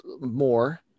more